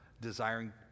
desiring